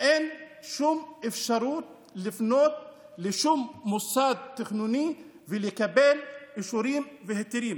אין שום אפשרות לפנות לשום מוסד תכנוני ולקבל אישורים והיתרים.